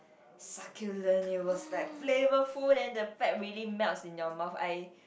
succulent it was like flavorful and the fat really melts in your mouth I